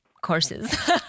courses